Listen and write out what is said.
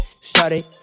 Started